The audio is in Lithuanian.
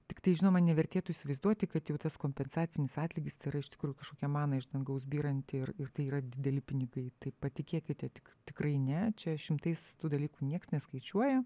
tiktai žinoma nevertėtų įsivaizduoti kad jau tas kompensacinis atlygis tai yra iš tikrųjų kažkokia mana iš dangaus byranti ir tai yra dideli pinigai tai patikėkite tik tikrai ne čia šimtais tų dalykų nieks neskaičiuoja